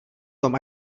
tom